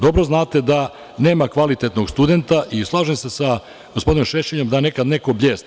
Dobro zante da nema kvalitetnog studenta i slažem se sa gospodinom Šešeljem da nekad neko bljesne.